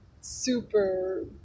super